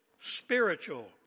spiritual